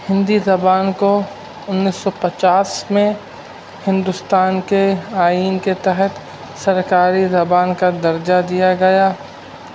ہندی زبان کو انیس سو پچاس میں ہندوستان کے آئین کے تحت سرکاری زبان کا درجہ دیا گیا